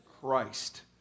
Christ